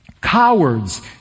Cowards